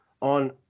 on